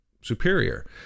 superior